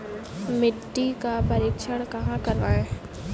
मिट्टी का परीक्षण कहाँ करवाएँ?